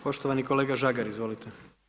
Poštovani kolega Žagar, izvolite.